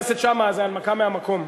חבר הכנסת שאמה, זה הנמקה מהמקום.